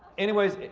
anyways,